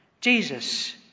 Jesus